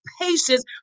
patience